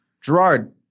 Gerard